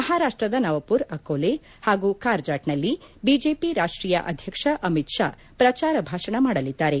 ಮಹಾರಾಷ್ನದ ನವಪುರ್ ಅಕೋಲೆ ಹಾಗೂ ಕಾರ್ಜಾಟ್ನಲ್ಲಿ ಬಿಜೆಪಿ ರಾಷ್ನೀಯ ಅಧ್ಯಕ್ಷ ಅಮಿತ್ ಶಾ ಪ್ರಜಾರ ಭಾಷಣ ಮಾಡಲಿದ್ದಾರೆ